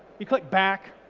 you click back,